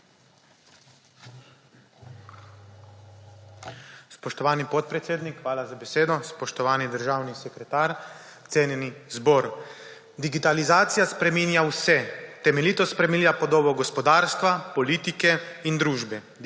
Spoštovani podpredsednik, hvala za besedo. Spoštovani državni sekretar, cenjeni zbor! Digitalizacija spreminja vse. Temeljito spreminja podobo gospodarstva, politike in družbe.